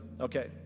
okay